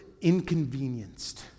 inconvenienced